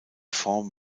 form